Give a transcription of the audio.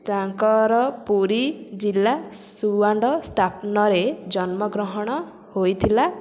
ତାଙ୍କର ପୁରୀ ଜିଲ୍ଲା ସୁଆଣ୍ଡ ସ୍ଥାପନରେ ଜନ୍ମ ଗ୍ରହଣ ହୋଇଥିଲା